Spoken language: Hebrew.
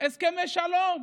הסכמי שלום.